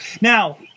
Now